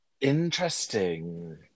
interesting